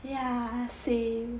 ya same